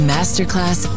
Masterclass